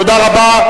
תודה רבה.